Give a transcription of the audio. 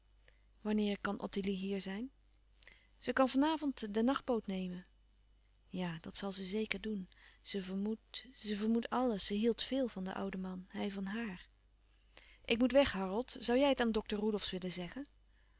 wanneer kan ottilie hier zijn ze kan van avond de nachtboot nemen ja dat zal ze zeker doen ze vermoedt ze vermoedt alles ze hield véél van den ouden man hij van haar ik moet weg harold zoû jij het aan dokter roelofsz willen zeggen